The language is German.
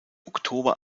oktober